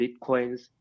Bitcoins